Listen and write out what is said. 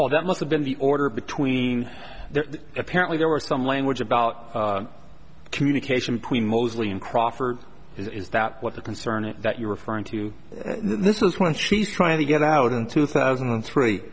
well that must have been the order between there apparently there were some language about communication between mostly in crawford is that what the concern is that you're referring to this is when she's trying to get out in two thousand and three